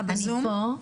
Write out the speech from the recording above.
אני פה.